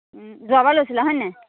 যোৱাবাৰ লৈছিলা হয় নাই